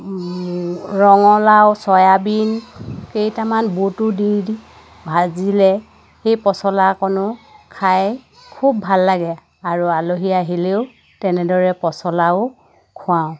ৰঙালাও চয়াবিন কেইটামান বুটো দি ভাজিলে সেই পচলাকণো খাই খুব ভাল লাগে আৰু আলহী আহিলেও তেনেদৰে পচলাও খোৱাও